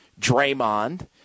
Draymond